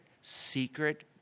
Secret